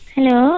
Hello